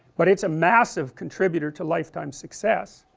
but it's a massive contributor to lifetime success,